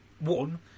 one